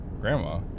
Grandma